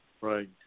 Right